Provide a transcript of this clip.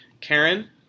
Karen